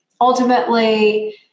ultimately